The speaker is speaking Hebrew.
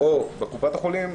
או בקופת החולים,